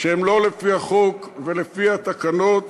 שהן לא לפי החוק ולפי התקנות